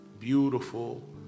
beautiful